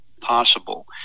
possible